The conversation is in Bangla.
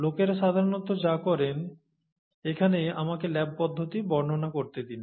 লোকেরা সাধারণত যা করেন এখানে আমাকে ল্যাব পদ্ধতি বর্ণনা করতে দিন